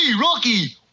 Rocky